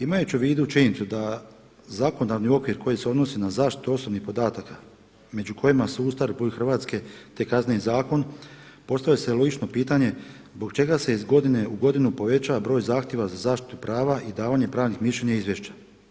Imajući u vidu činjenicu da zakonodavni okvir koji se odnosi na zaštitu osobnih podataka među kojima su Ustav RH, te Kazneni zakon postavlja se logično pitanje zbog čega se iz godine u godinu povećava broj zahtjeva za zaštitu prava i davanje pravnih mišljenja i izvješća.